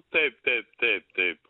taip taip taip taip